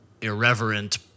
irreverent